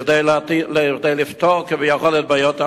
כדי לפתור כביכול את בעיות המים,